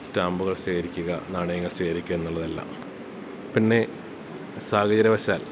ഈ സ്റ്റാമ്പുകൾ ശേഖരിക്കുക നാണയങ്ങൾ ശേഖരിക്കുക എന്നുള്ളതല്ലാം പിന്നെ സാഹചര്യവശാൽ